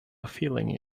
feeling